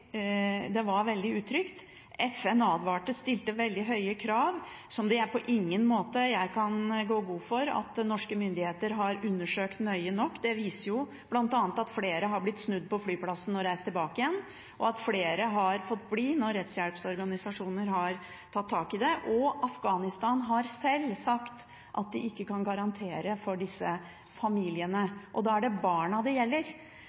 krav, som jeg på ingen måte kan gå god for at norske myndigheter har undersøkt nøye nok. Det viser seg bl.a. at flere har blitt snudd på flyplassen og sendt tilbake igjen, og at flere har fått bli når rettshjelpsorganisasjoner har tatt tak i det. Afghanistan har også sjøl sagt at de ikke kan garantere for disse familiene. Og da er det barna det gjelder.